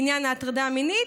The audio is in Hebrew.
בעניין ההטרדה המינית,